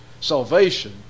Salvation